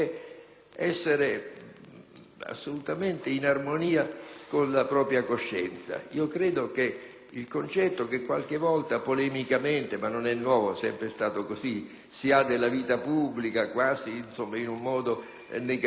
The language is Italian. assolutamente in armonia con la propria coscienza. Credo che il concetto che qualche volta polemicamente - ma non è una cosa nuova, è sempre stato così - si ha della vita pubblica, considerata quasi in un modo negativo, in un modo più critico